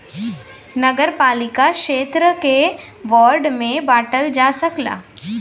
नगरपालिका क्षेत्र के वार्ड में बांटल जा सकला